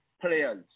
players